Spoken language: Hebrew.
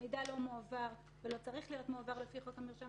המידע הזה לא מועבר ולפי חוק המרשם